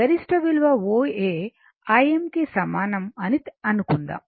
గరిష్ట విలువ O A Imకి సమానంఅని అనుకుందాం